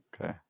Okay